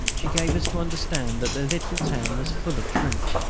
she gave us to understand that the little town was full of troops,